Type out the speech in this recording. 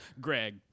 Greg